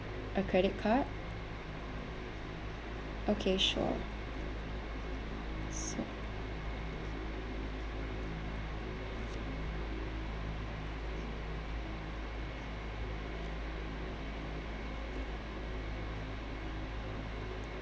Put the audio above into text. a credit card okay sure so